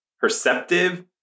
perceptive